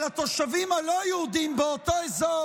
והתושבים הלא-יהודים באותו אזור,